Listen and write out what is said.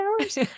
hours